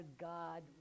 God